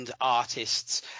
artists